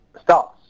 starts